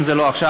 אם לא עכשיו,